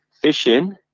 Fishing